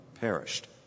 perished